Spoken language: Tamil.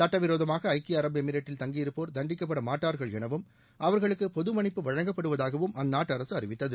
சட்டவிரோதமாக ஐக்கிய அரபு எமிரேட்டில் தங்கியிருப்போர் தண்டிக்கப்படமாட்டார்கள் எனவும் அவர்களுக்கு பொதுமன்னிப்பு வழங்கப்படுவதாகவும் அந்நாட்டு அரசு அறிவித்தது